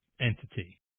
entity